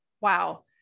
Wow